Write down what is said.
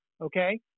okay